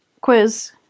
quiz